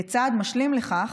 כצעד משלים לכך,